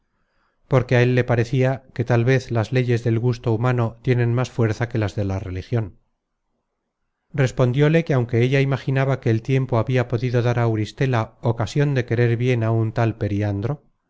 porque á él le parecia que tal vez las leyes del gusto humano tienen más fuerza que las de la religion respondióle que aunque ella imaginaba que el tiempo habia podido dar á auristela ocasion de querer bien á un tal periandro